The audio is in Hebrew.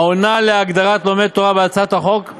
העונה על הגדרת "לומד תורה" בהצעת החוק,